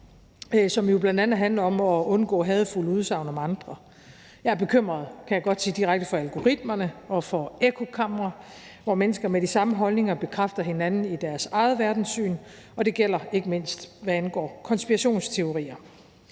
som jo bl.a. handler om at undgå hadefulde udsagn om andre. Jeg er bekymret, kan jeg godt sige direkte, for algoritmerne og for ekkokamre, hvor mennesker med de samme holdninger bekræfter hinanden i deres eget verdenssyn, og det gælder ikke mindst, hvad angår konspirationsteorier.